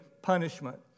punishment